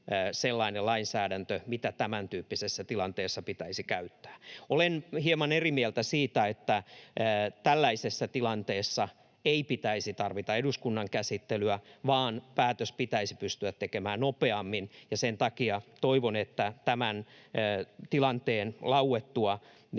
sellainen lainsäädäntö, mitä tämäntyyppisessä tilanteessa pitäisi käyttää? Olen hieman eri mieltä siitä, että tällaisessa tilanteessa ei pitäisi tarvita eduskunnan käsittelyä vaan päätös pitäisi pystyä tekemään nopeammin. Sen takia toivon, että tämän tilanteen lauettua